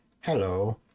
hello